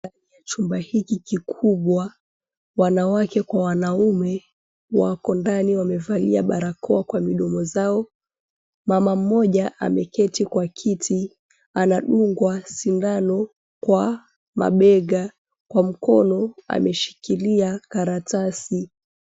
Ndani ya chumba hiki kikubwa, wanawake kwa wanaume wako ndani. Wamevalia barakoa kwa midomo zao. Mama mmoja ameketi kwa kiti. Anadunga sindano kwa mabega. Kwa mkono ameshikilia karatasi.